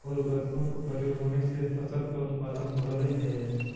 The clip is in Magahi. उर्वरकों का प्रयोग होने से फसल का उत्पादन बढ़लई हे